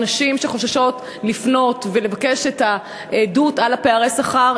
נשים שחוששות לפנות ולבקש את העדות על פערי השכר,